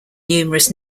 numerous